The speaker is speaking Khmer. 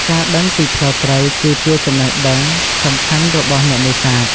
ការដឹងពីផ្លូវត្រីគឺជាចំណេះដឹងសំខាន់របស់អ្នកនេសាទ។